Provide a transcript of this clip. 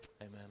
amen